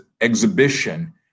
exhibition